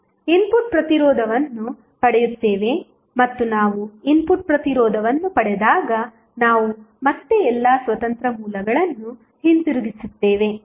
input ಪ್ರತಿರೋಧವನ್ನು ಪಡೆಯುತ್ತೇವೆ ಮತ್ತು ನಾವು ಇನ್ಪುಟ್ ಪ್ರತಿರೋಧವನ್ನು ಪಡೆದಾಗ ನಾವು ಮತ್ತೆ ಎಲ್ಲಾ ಸ್ವತಂತ್ರ ಮೂಲಗಳನ್ನು ಹಿಂತಿರುಗಿಸುತ್ತೇವೆ